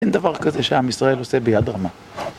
אין דבר כזה שעם ישראל עושה ביד רמה.